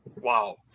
wow